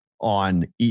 on